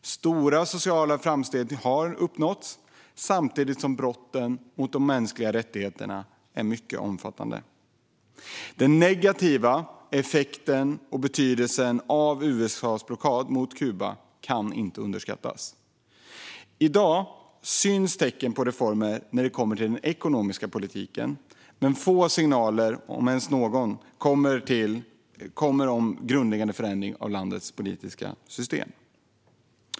Stora sociala framsteg har uppnåtts samtidigt som brotten mot de mänskliga rättigheterna är mycket omfattande. Den negativa effekten och betydelsen av USA:s blockad mot Kuba kan inte överskattas. I dag syns tecken på reformer när det kommer till den ekonomiska politiken. Men få signaler, om ens någon, kommer om grundläggande förändringar av landets politiska system.